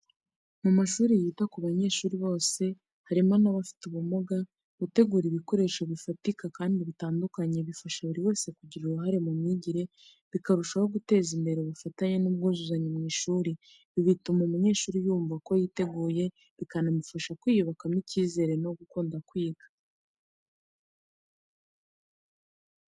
Mu mashuri yita ku banyeshuri bose, harimo n’abafite ubumuga, gutegura ibikoresho bifatika kandi bitandukanye bifasha buri wese kugira uruhare mu myigire, bikarushaho guteza imbere ubufatanye n’ubwuzuzanye mu ishuri. Ibi bituma umunyeshuri yumva ko yiteguye, bikanamufasha kwiyubakamo ikizere no gukunda kwiga.